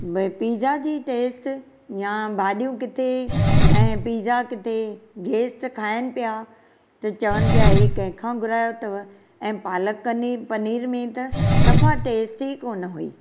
pizza जी taste या भाॼियूं किथे ऐं पिज़ा किथे गैस्ट खाइनि पिया त चवनि पिया ही कंहिं खां घुरायो अथव ऐं पालक पनीर में त सफ़ा टेस्ट ई कोन हुई